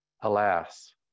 alas